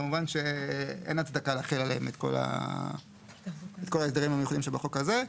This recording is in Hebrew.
כמובן שאין הצדקה להחיל עליהם את כל ההסדרים המיוחדים שבחוק הזה.